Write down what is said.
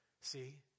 See